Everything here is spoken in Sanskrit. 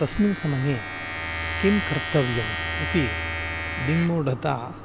तस्मिन् समये किं कर्तव्यम् इति दिङ्मूढता